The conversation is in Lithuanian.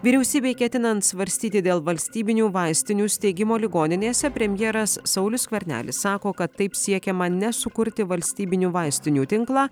vyriausybei ketinant svarstyti dėl valstybinių vaistinių steigimo ligoninėse premjeras saulius skvernelis sako kad taip siekiama ne sukurti valstybinių vaistinių tinklą